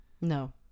No